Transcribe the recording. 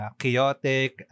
chaotic